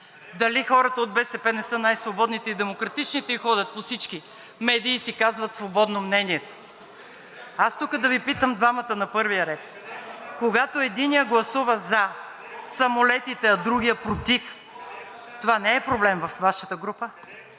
дали хората от БСП не са най свободните и демократичните и ходят по всички медии и си казват свободно мнението. Аз да Ви питам двамата на първия ред: когато единият гласува за самолетите, а другият против, това не е ли проблем във Вашата група?